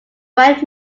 white